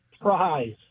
prize